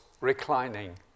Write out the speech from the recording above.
reclining